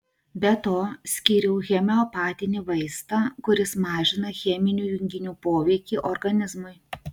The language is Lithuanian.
be to skyriau homeopatinį vaistą kuris mažina cheminių junginių poveikį organizmui